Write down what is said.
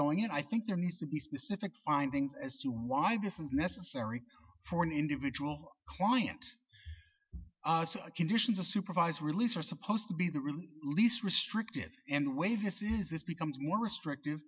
going on i think there needs to be specific findings as to why this is necessary for an individual client conditions of supervised release are supposed to be the least restrictive and way this is this becomes more restrictive